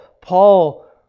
Paul